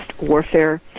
warfare